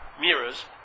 mirrors